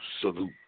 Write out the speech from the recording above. salute